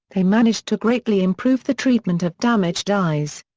they managed to greatly improve the treatment of damaged eyes.